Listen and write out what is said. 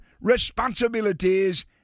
responsibilities